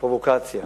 פרובוקציה